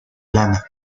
lana